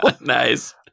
Nice